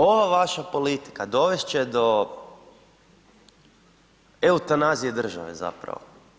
Ova vaša politika dovest će do eutanazije države zapravo.